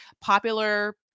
popular